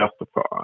justified